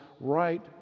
right